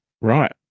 Right